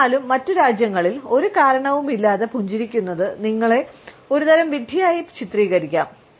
എന്നിരുന്നാലും മറ്റ് രാജ്യങ്ങളിൽ ഒരു കാരണവുമില്ലാതെ പുഞ്ചിരിക്കുന്നത് നിങ്ങളെ ഒരുതരം വിഡ്ഢിയായി ചിത്രീകരിക്കാം